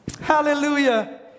Hallelujah